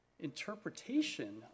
interpretation